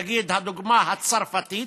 נגיד, הדוגמה הצרפתית